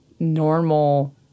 normal